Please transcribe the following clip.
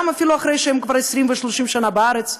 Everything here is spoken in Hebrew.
גם אחרי שהם כבר 20 ו-30 שנה בארץ,